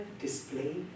display